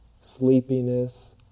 sleepiness